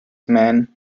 man